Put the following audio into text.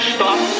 Stop